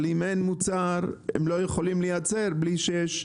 אבל הם לא יכולים לייצר בלי שיש רישוי.